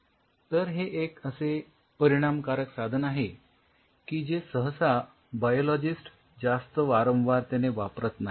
तर हे एक असे परिणामकारक साधन आहे की जे सहसा बायोलॉजिस्ट जास्त वारंवारतेने वापरत नाहीत